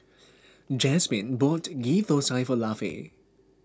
Jazmine bought Ghee Thosai for Lafe